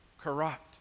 corrupt